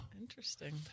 Interesting